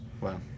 Wow